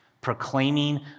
proclaiming